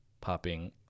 popping